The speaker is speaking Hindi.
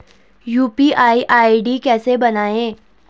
यु.पी.आई आई.डी कैसे बनायें?